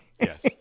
yes